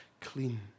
clean